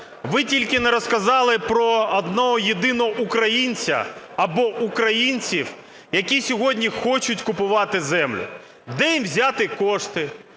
ви тільки не розказали про одного-єдиного українця або українців, які сьогодні хочуть купувати землю. Де їм взяти кошти?